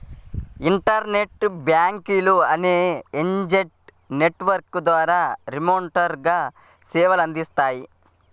internet బ్యాంకులు అనేవి agent network ద్వారా రిమోట్గా సేవలనందిస్తాయి